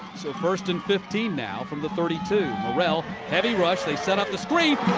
so first and fifteen now from the thirty two. morrell heavy rush. they set up the screen.